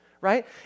right